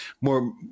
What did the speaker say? more